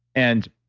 and